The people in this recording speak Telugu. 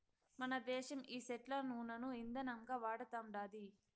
మనదేశం ఈ సెట్ల నూనను ఇందనంగా వాడతండాది